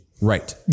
Right